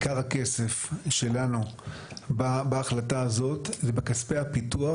עיקר הכסף שלנו בהחלטה הזאת זה בכספי הפיתוח,